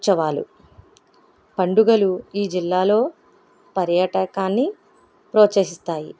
ఉత్సవాలు పండుగలు ఈ జిల్లాలో పర్యాటకాన్ని ప్రోత్సహిస్తాయి